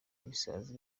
ibisazi